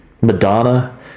Madonna